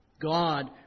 God